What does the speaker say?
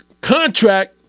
contract